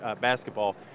basketball